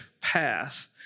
path